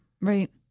right